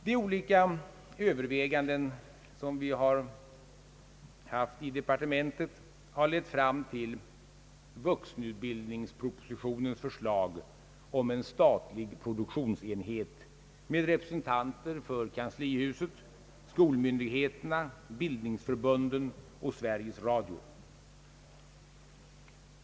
De olika överväganden vi haft inom departementet har lett fram till vuxenutbildningspropositionens förslag om en statlig produktionsenhet med representanter för kanslihuset, skolmyndigheterna, bildningsförbunden och Sveriges Radio.